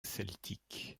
celtique